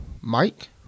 Mike